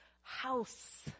house